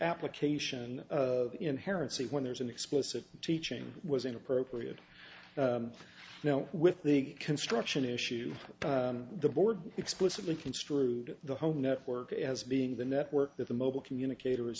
application inherent say when there's an explicit teaching was inappropriate now with the construction issue the board explicitly construed the home network as being the network that the mobile communicator